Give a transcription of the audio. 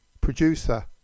producer